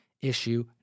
issue